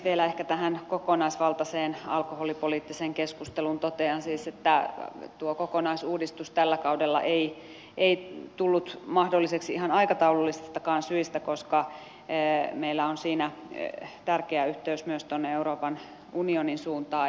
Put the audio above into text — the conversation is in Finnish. vielä ehkä tähän kokonaisvaltaiseen alkoholipoliittiseen keskusteluun totean siis että tuo kokonaisuudistus tällä kaudella ei tullut mahdolliseksi ihan aikataulullisistakaan syistä koska meillä on siinä tärkeä yhteys myös tuonne euroopan unionin suuntaan